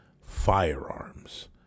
firearms